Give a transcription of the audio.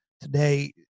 today